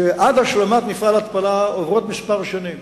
שעד השלמת מפעל התפלה עוברות כמה שנים.